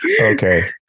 Okay